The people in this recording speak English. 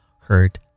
hurt